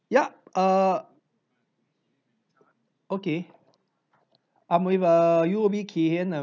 yup err okay I'm with err U_O_B Kay Hian uh